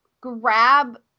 grab